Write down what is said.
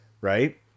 Right